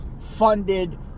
funded